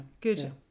good